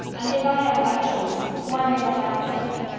and if i am that choice, why may not i accept him?